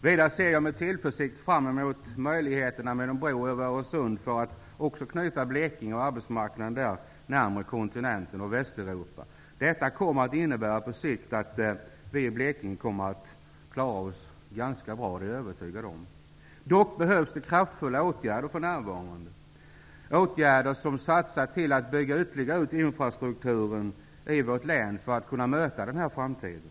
Vidare ser jag med tillförsikt fram emot en bro över Öresund, som gör det möjligt att knyta också Blekinge och dess arbetsmarknad närmare kontinenten och Västeuropa. Detta innebär på sikt att vi i Blekinge kommer att klara oss ganska bra. Det är jag övertygad om. För närvarande krävs det dock kraftfulla åtgärder, åtgärder som syftar till att ytterligare bygga ut infrastrukturen, så att vi skall kunna möta framtiden.